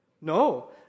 No